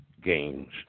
games